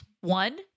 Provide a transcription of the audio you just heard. One